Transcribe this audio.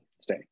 Stay